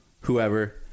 whoever